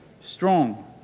strong